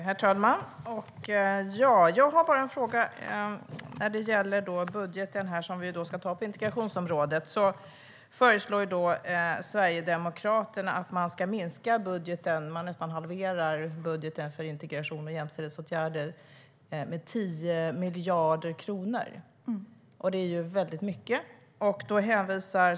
Herr talman! Jag har en fråga när det gäller den budget vi ska anta på integrationsområdet. Sverigedemokraterna föreslår att budgeten för integration och jämställdhetsåtgärder ska minskas med 10 miljarder kronor, nästan en halvering. Det är väldigt mycket.